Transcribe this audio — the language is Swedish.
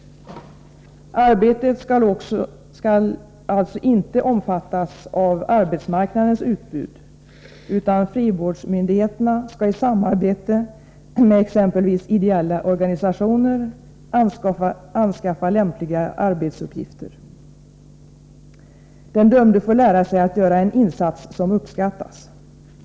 Arbetet skall alltså inte omfattas av arbetsmarknades utbud, utan frivårdsmyndigheterna skall i samarbete med exempelvis ideella organisationer anskaffa lämpliga arbetsuppgifter. Den dömde får lära sig att göra en insats som uppskattas.